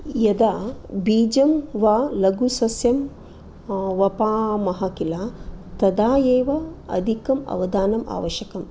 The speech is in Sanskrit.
यदा बीजं वा लघु सस्यं वपामः किल तदा एव अधिकं अवधानम् आवश्यकं